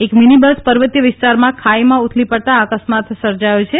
એક mini bus પર્વતીય વિસ્તારમાં ખાઇમાં ઉથલી પડતાં આ અકસ્માત સર્જાયો છે